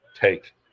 take